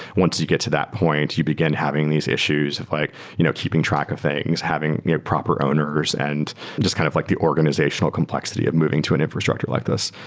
once you get to that point, you begin having these issues of like you know keeping track of things, having proper owners and just kind of like the organizational complexity of moving to an infrastructure like this.